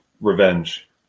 revenge